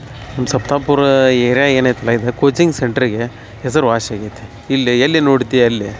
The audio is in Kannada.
ನಮ್ಮ ಸಪ್ತಾಪುರ ಏರ್ಯಾ ಏನೈತಲ್ಲ ಇದು ಕೋಚಿಂಗ್ ಸೆಂಟ್ರಿಗೆ ಹೆಸರುವಾಸಿ ಆಗೈತಿ ಇಲ್ಲಿ ಎಲ್ಲಿ ನೋಡ್ತೀಯೋ ಅಲ್ಲಿ